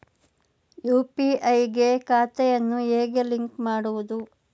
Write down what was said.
UPI ಗೆ ಖಾತೆಯನ್ನು ಹೇಗೆ ಲಿಂಕ್ ಮಾಡುವುದು?